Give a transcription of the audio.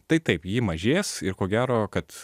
tai taip ji mažės ir ko gero kad